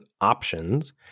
options